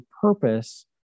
purpose